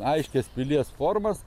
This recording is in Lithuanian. aiškias pilies formas